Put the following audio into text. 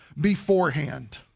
beforehand